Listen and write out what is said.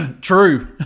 True